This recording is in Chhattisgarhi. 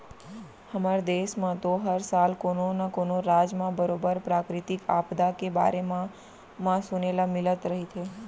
हमर देस म तो हर साल कोनो न कोनो राज म बरोबर प्राकृतिक आपदा के बारे म म सुने ल मिलत रहिथे